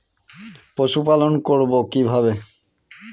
পশুপালন করব কিভাবে?